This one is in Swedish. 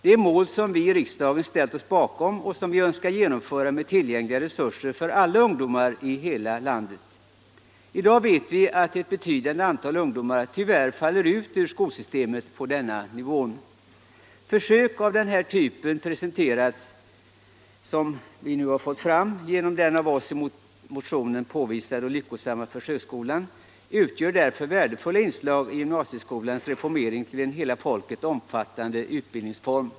Det är mål som vi i riksdagen ställt oss bakom och som vi önskar uppnå med tillgängliga resurser för alla ungdomar i hela landet. Vi vet att ett betydande antal ungdomar i dag tyvärr faller ut ur skolsystemet på denna nivå. Försök av samma typ som den i motionen påvisade lyckosamma försöksskolan utgör värdefulla inslag i gymnasieskolans reformering till en hela folket omfattande utbildningsform.